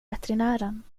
veterinären